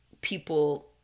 people